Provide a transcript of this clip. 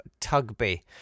Tugby